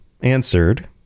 answered